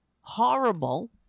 horrible